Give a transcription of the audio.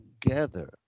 together